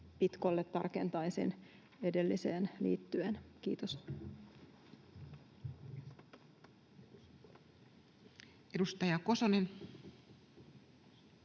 Pitkolle tarkentaisin edelliseen liittyen. — Kiitos. Edustaja Kosonen.